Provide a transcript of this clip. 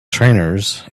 trainers